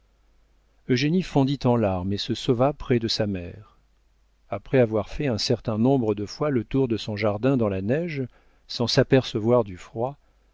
marchez eugénie fondit en larmes et se sauva près de sa mère après avoir fait un certain nombre de fois le tour de son jardin dans la neige sans s'apercevoir du froid